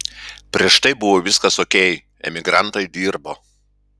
prieš tai buvo viskas okei emigrantai dirbo